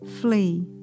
flee